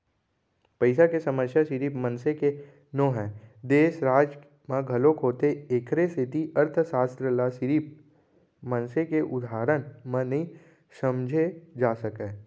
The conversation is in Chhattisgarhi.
पइसा के समस्या सिरिफ मनसे के नो हय, देस, राज म घलोक होथे एखरे सेती अर्थसास्त्र ल सिरिफ मनसे के उदाहरन म नइ समझे जा सकय